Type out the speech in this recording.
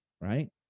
right